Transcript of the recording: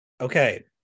Okay